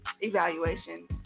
evaluation